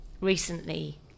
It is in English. recently